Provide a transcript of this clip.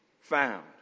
found